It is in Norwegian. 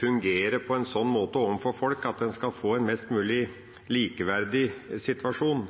fungere på en sånn måte overfor folk at man skal få en mest mulig likeverdig situasjon,